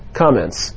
comments